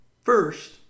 first